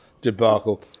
debacle